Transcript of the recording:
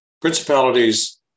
Principalities